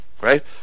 Right